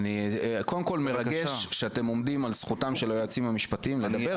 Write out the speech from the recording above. קודם כל מרגש שאתם עומדים על זכותם של היועצים המשפטיים לדבר.